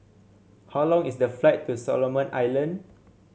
how long is the flight to Solomon Island